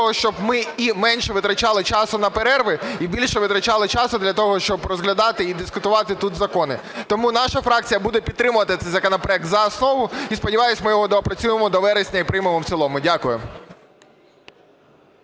щоб ми і менше витрачали часу на перерви і більше витрачали часу для того, щоб розглядати і дискутувати тут закони. Тому наша фракція буде підтримувати цей законопроект за основу, і, сподіваюсь, ми його доопрацюємо до вересня і приймемо в цілому. Дякую.